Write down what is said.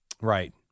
Right